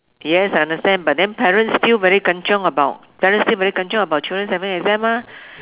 yes I understand but then parents still very kan-chiong about parents still very kan-chiong about children having exam mah